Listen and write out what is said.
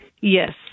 Yes